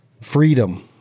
freedom